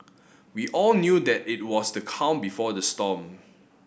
we all knew that it was the calm before the storm